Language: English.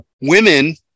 women